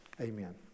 Amen